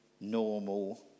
Normal